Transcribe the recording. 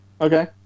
Okay